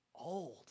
old